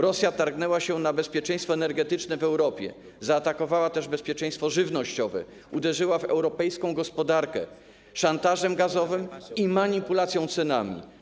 Rosja targnęła się na bezpieczeństwo energetyczne w Europie, zaatakowała bezpieczeństwo żywnościowe, uderzyła w europejską gospodarkę za pomocą szantażu gazowego i manipulacji cenami.